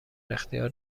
اختیار